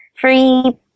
free